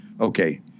Okay